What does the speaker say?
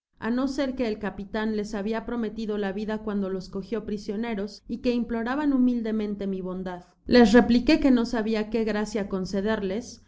á no ser que el capitan les habia prometido la vida cuando los cogió prisioneros y que imploraban humildemente mi bondad les repliqué que no sabia que gracia concederles que